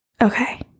okay